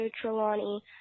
Trelawney